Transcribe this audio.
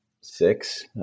six